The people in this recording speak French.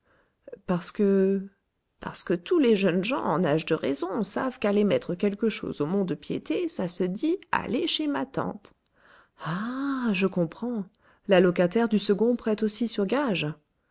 parce que parce que tous les jeunes gens en âge de raison savent qu'aller mettre quelque chose au mont de piété ça se dit aller chez ma tante ah je comprends la locataire du second prête aussi sur gages